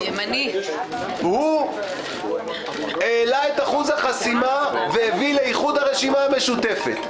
הוא העלה את איחוד החסימה והביא לאיחוד הרשימה המשותפת.